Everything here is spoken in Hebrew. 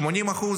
של 85%,